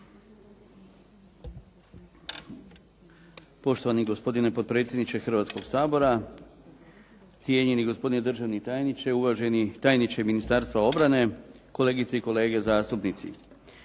Poštovani gospodine potpredsjedniče Hrvatskog sabora, cijenjeni gospodine državni tajniče, uvaženi tajniče Ministarstva obrane, kolegice i kolege zastupnici.